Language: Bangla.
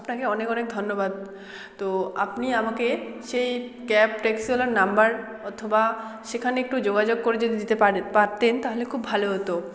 আপনাকে অনেক অনেক ধন্যবাদ তো আপনি আমাকে সেই ক্যাব ট্যাক্সিওয়ালার নম্বর অথবা সেখানে একটু যোগাযোগ করে যদি দিতে পারে পারতেন তাহলে খুব ভালো হতো